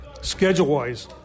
schedule-wise